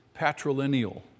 patrilineal